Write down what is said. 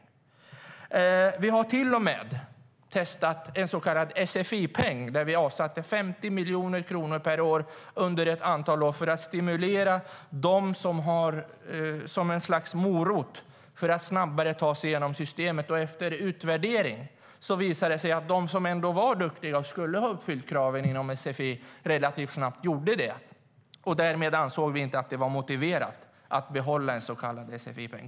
Vi har till och med testat en så kallad sfi-peng, där vi avsatte 50 miljoner kronor per år under ett antal år som ett slags morot för att man snabbare ska ta sig genom systemet. Efter utvärdering visar det sig att de som ändå var duktiga och skulle ha uppfyllt kraven inom sfi relativt snabbt gjorde det. Därmed ansåg vi inte att det var motiverat att behålla en så kallad sfi-peng.